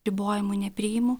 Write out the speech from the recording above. ribojimų nepriimu